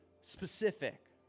specific